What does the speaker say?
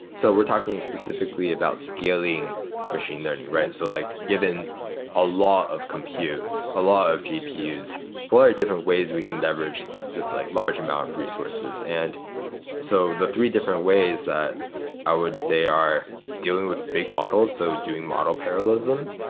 so we're talking specifically about scaling machine learning, right? so like given a law of compute, a law of gpu's, what are different ways we can leverage this like large amount of resources? and so the three different ways that i would say are dealing with big models, so doing model parallelism,